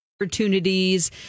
opportunities